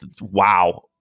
wow